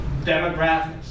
demographics